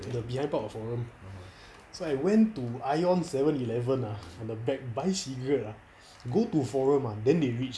the behind part of forum so I went to ion seven eleven ah on the back buy cigarette ah go to forum ah then they reach